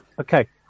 okay